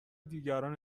دیگران